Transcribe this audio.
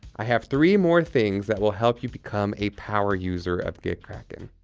i have three more things that will help you become a power user up gitkraken.